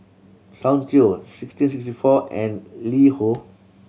Soundteoh sixteen sixty four and LiHo